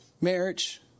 marriage